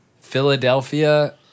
Philadelphia